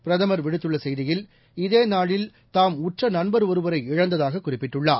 பிரதமர் விடுத்துள்ளசெய்தியில் இதேநாளில் தாம் உற்றநண்பர் ஒருவரை இழந்ததாககுறிப்பிட்டுள்ளார்